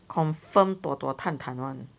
confirm dua dua tan tan [one]